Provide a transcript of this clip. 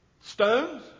stones